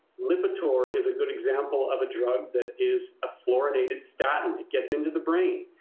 lipitor is a good example of a drug that is a fluoridated statin, it gets into the brain.